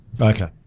Okay